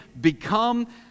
become